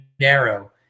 Narrow